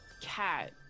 Cat